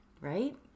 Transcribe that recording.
Right